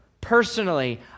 personally